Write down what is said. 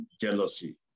jealousy